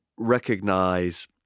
recognize